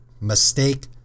mistake